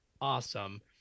awesome